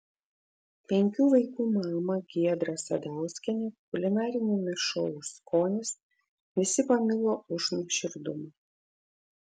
penkių vaikų mamą giedrą sadauskienę kulinariniame šou skonis visi pamilo už nuoširdumą